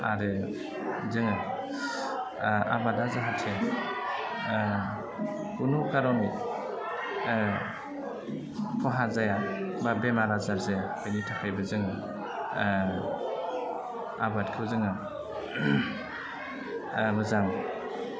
आरो जोङो आबादा जाहाथे खुनु खार'ननि खहा जाया बा बेमार आजार जाया बेनि थाखायबो जों आबादखौ जोङो मोजां